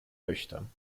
nüchtern